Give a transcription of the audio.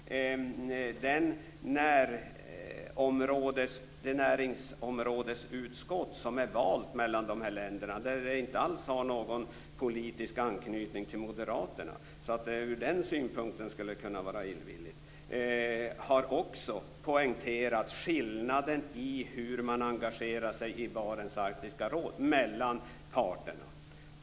Det näringsområdesutskott som är valt av länderna har inte alls någon politisk anknytning till Moderaterna så att det ur den synpunkten skulle kunna vara fråga om illvillighet. Utskottet har också poängterat skillnaden mellan parternas engagemang i Barents arktiska råd.